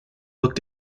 looked